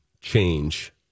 change